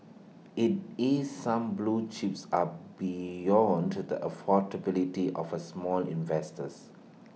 IT is some blue chips are beyond to the affordability of the small investors